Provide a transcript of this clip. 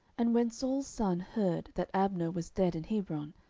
and when saul's son heard that abner was dead in hebron,